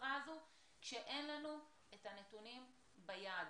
הגזרה הזאת כשאין לנו את הנתונים ביד.